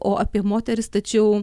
o apie moteris tačiau